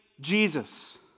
Jesus